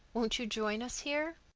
won't you join us here?